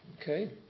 Okay